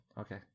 okay